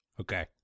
Okay